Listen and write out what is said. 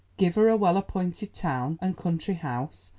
give her a well appointed town and country house,